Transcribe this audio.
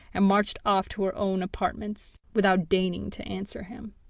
and marched off to her own apartments, without deigning to answer him.